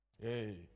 Hey